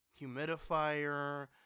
humidifier